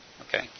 Okay